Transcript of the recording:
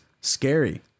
scary